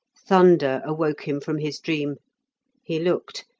thunder awoke him from his dream he looked,